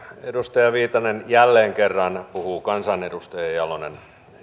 edustaja viitanen jälleen kerran puhuu kansanedustaja jalonen